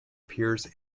peers